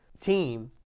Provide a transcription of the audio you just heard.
team